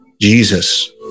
Jesus